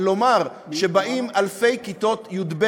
לומר בחוק שבאים אלפי תלמידי כיתות י"ב